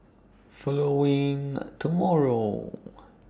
following A tomorrow